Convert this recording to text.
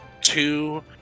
two